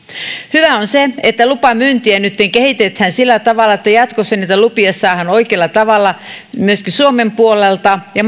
hyvää on se että lupamyyntiä nytten kehitetään sillä tavalla että jatkossa niitä lupia saadaan oikealla tavalla myöskin suomen puolelta ja